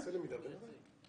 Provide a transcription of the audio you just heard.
נעשה למידה ונראה.